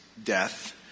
death